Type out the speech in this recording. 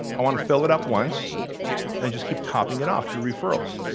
i want to fill it up once and just keep topping it off through referrals.